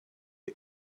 you